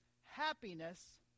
happiness